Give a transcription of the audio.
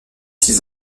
six